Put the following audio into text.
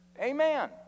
Amen